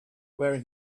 wearing